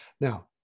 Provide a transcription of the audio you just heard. Now